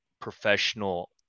professional